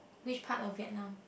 which part of Vietnam